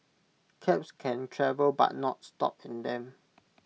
cabs can travel but not stop in them